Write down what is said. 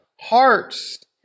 hearts